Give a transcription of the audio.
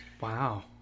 Wow